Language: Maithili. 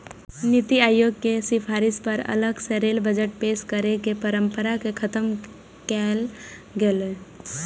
नीति आयोग केर सिफारिश पर अलग सं रेल बजट पेश करै के परंपरा कें खत्म कैल गेलै